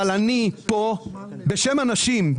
אבל אני פה בשם אנשים.